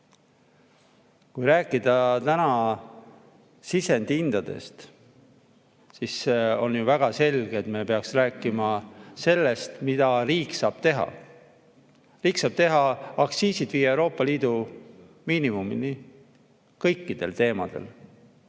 Kui rääkida sisendihindadest, siis on ju väga selge, et me peaksime rääkima sellest, mida riik saab teha. Riik saab viia aktsiisid Euroopa Liidu miinimumini kõikides